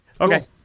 Okay